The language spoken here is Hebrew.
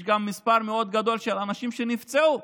יש גם מספר גדול יותר של אנשים שנפצעו,